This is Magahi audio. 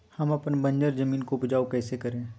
हम अपन बंजर जमीन को उपजाउ कैसे करे?